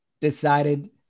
decided